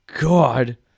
God